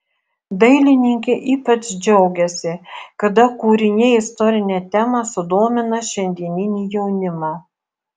dailininkė ypač džiaugiasi kada kūriniai istorine tema sudomina šiandieninį jaunimą